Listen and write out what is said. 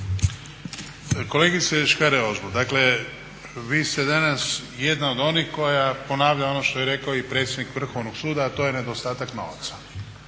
Kolegice Škare Ožbolt dakle vi ste danas jedna od onih koji ponavlja ono što je rekao i predsjednik Vrhovnog suda, a to je nedostatak novaca.